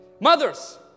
Mothers